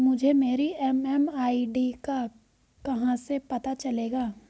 मुझे मेरी एम.एम.आई.डी का कहाँ से पता चलेगा?